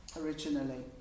originally